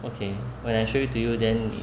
okay when I show it to you then 你